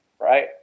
right